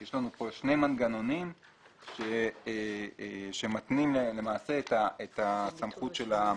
יש לנו כאן שני מנגנונים שמתנים למעשה את הסמכות של המפקח.